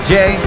Jay